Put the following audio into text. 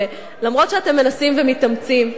שלמרות שאתם מנסים ומתאמצים,